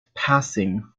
passing